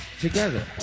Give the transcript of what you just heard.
together